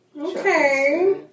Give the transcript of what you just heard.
Okay